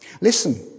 Listen